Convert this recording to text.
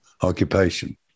occupation